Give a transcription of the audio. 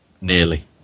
Nearly